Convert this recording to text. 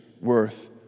worth